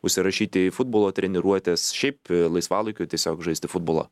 užsirašyti į futbolo treniruotes šiaip laisvalaikiu tiesiog žaisti futbolą